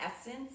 essence